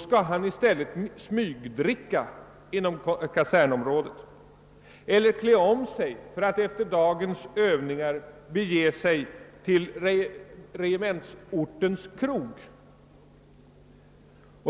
skall bli tvungen att smygdricka denna inom kasernområdet eller klä om sig för att efter dagens övningar bege sig till regementsortens krog.